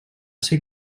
ser